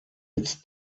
its